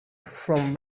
from